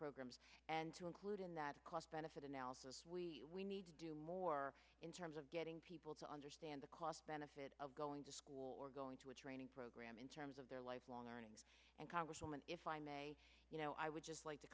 programs and to include in that cost benefit analysis we need to do more in terms of getting people to understand the cost benefit of going to school or going to a training program in terms of their lifelong learning and congresswoman if i may you know i would just like to